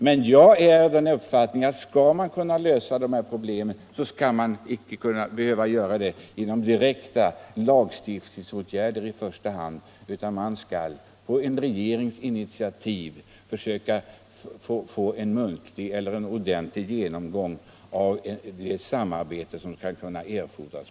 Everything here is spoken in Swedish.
Men jag har den uppfattningen att skall man lösa de här problemen behöver man inte göra det i första hand genom direkta lagstiftningsåtgärder, utan man skall på en regerings initiativ försöka få en ordentlig genomgång beträffande det samarbete som erfordras.